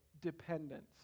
dependence